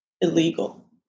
illegal